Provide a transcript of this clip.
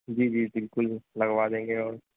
जी जी बिल्कुल लगवा देंगे और